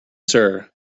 sir